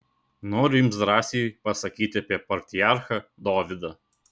noriu jums drąsiai pasakyti apie patriarchą dovydą